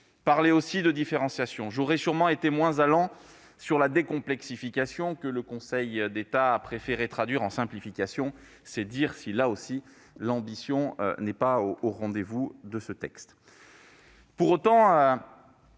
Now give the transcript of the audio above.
et de différenciation. J'aurais sûrement été moins allant sur la décomplexification, que le Conseil d'État a préféré traduire en simplification : c'est dire si, là aussi, l'ambition de ce texte n'est pas au rendez-vous ! Pour